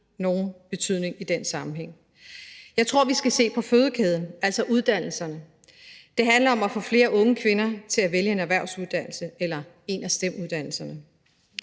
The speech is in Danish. nogen betydning i den sammenhæng. Jeg tror, vi skal se på fødekæden, altså uddannelserne. Det handler om at få flere unge kvinder til at vælge en erhvervsuddannelse eller en af STEM-uddannelserne.